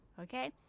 okay